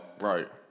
Right